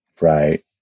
Right